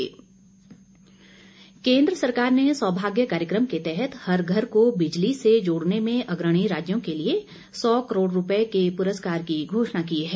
सौभाग्य कार्यक्रम केन्द्र सरकार ने सौभाग्य कार्यक्रम के तहत हर घर को बिजली से जोड़ने में अग्रणी राज्यों के लिए सौ करोड़ रुपये के पुरस्कार की घोषणा की है